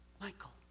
Michael